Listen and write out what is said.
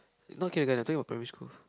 not kindergarten talking about primary school